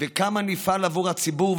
וכמה נפעל עבור הציבור,